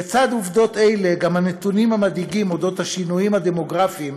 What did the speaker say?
לצד עובדות אלו גם הנתונים המדאיגים על השינויים הדמוגרפיים